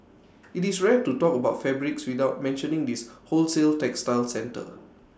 IT is rare to talk about fabrics without mentioning this wholesale textile centre